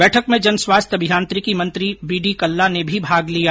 बैठक में जनस्वास्थ्य अभियांत्रिकी मंत्री बी डी कल्ला ने भी भाग लिया